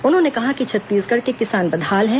उन्होंने कहा कि छत्तीसगढ़ के किसान बदहाल हैं